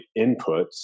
inputs